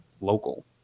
local